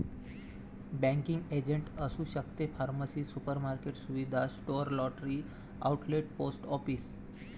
banking agent असू शकते pharmacy supermarket सुविधा store lottery outlet post office